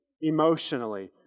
Emotionally